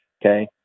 Okay